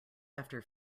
after